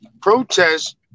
protest